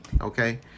Okay